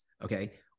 Okay